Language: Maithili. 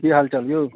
की हाल चाल यौ